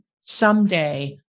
Someday